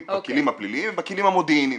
הכלים הפליליים ובכלים המודיעיניים.